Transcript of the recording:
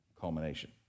culmination